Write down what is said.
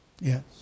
Yes